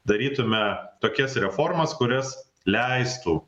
darytume tokias reformas kurias leistų